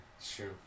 Sure